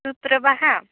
ᱥᱩᱫ ᱨᱮ ᱵᱟᱦᱟ